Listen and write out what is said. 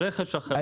על חשבון רכש אחר.